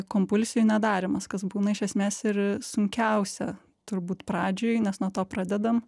kompulsijų nedarymas kas būna iš esmės ir sunkiausia turbūt pradžioj nes nuo to pradedam